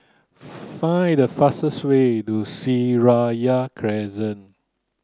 find the fastest way to Seraya Crescent